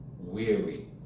weary